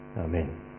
Amen